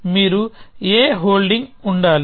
మీరు a holding ఉండాలి